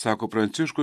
sako pranciškus